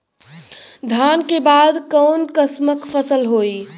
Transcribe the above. धान के बाद कऊन कसमक फसल होई?